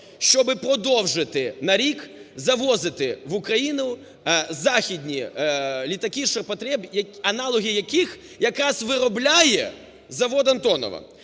Щоби продовжити на рік завозити в Україну західні літаки, ширпотреб, аналоги яких якраз виробляє завод "Антонов".